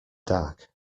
dark